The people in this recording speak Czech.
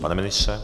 Pane ministře?